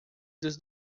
dos